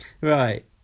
Right